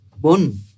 one